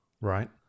Right